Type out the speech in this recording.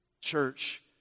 Church